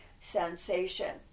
sensation